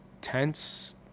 tense